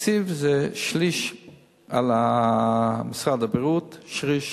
התקציב הוא: שליש על משרד הבריאות, שליש